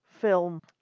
film